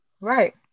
Right